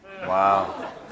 Wow